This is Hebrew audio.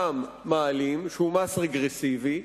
מע"מ, שהוא מס רגרסיבי,